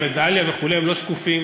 עוספיא, דאליה וכו' הם לא שקופים,